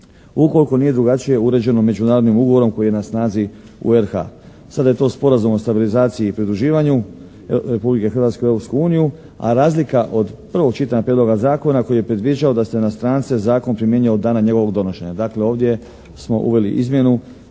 ukoliko nije drugačije uređeno međunarodnim ugovorom koji je na snazi u RH-a. Sada je to Sporazum o stabilizaciji i pridruživanju Republike Hrvatske u Europsku uniju a razlika od prvog čitanja prijedloga zakona koji je predviđao da se na strance zakon primjenjuje od dana njegovog donošenja. Dakle, ovdje smo uveli izmjenu